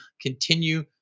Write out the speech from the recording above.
continue